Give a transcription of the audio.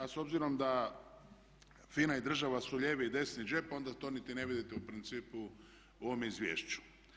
A s obzirom da FINA i država su lijevi i desni džep onda to niti ne vidite u principu u ovom izvješću.